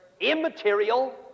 immaterial